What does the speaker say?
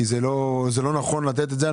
כי זה לא נכון לתת את זה.